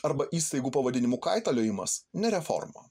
arba įstaigų pavadinimų kaitaliojimas ne reforma